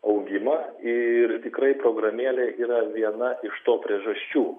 augimą ir tikrai programėlė yra viena iš to priežasčių